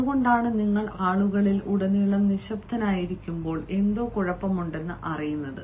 അതുകൊണ്ടാണ് നിങ്ങൾ ആളുകളിൽ ഉടനീളം നിശബ്ദനായിരിക്കുമ്പോൾ എന്തോ കുഴപ്പമുണ്ടെന്ന് അറിയുന്നത്